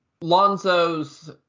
Lonzo's